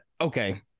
Okay